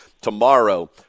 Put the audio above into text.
tomorrow